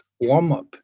warm-up